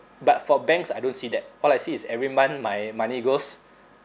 but for banks I don't see that all I see is every month my money goes